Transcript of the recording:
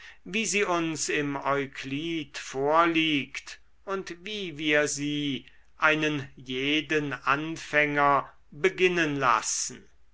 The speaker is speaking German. wie sie uns im euklid vorliegt und wie wir sie einen jeden anfänger beginnen lassen